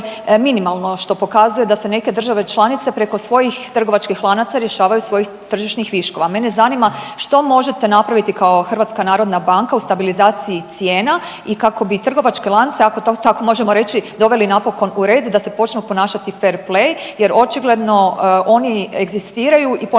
minimalno, što pokazuje da se neke države članice preko svojih trgovačkih lanaca rješavaju svojih tržišnih viškova. Mene zanima što možete napraviti kao HNB u stabilizaciji cijena i kako bi trgovačke lance, ako to tako možemo reći doveli napokon u red da se počnu ponašati fer-plej jer očigledno oni egzistiraju i ponekad